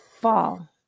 fall